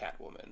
Catwoman